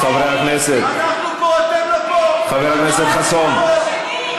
חברי הכנסת, חבר הכנסת חסון.